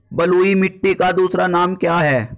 बलुई मिट्टी का दूसरा नाम क्या है?